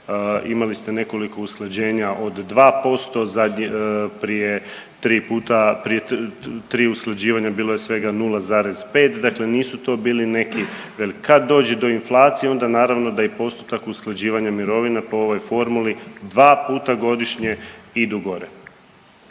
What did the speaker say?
imali ste nekoliko usklađenja od 2%, prije tri usklađivanja bilo je svega 0,5 dakle nisu to bili neki velik. Kad dođe do inflacije onda naravno da i postotak usklađivanja mirovina po ovoj formuli dva puta godišnje idu gore.